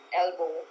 elbow